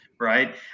right